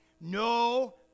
No